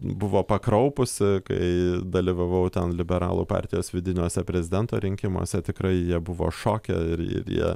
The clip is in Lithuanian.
buvo pakraupusi kai dalyvavau ten liberalų partijos vidiniuose prezidento rinkimuose tikrai jie buvo šoke ir ir jie